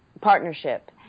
partnership